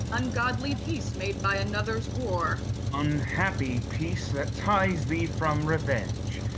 ungodly peace made by another's war. unhappy peace, that ties thee from revenge.